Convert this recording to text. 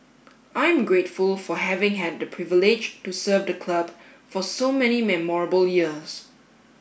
I'm grateful for having had the privilege to serve the club for so many memorable years